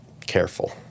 careful